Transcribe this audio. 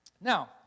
Now